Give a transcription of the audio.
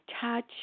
touch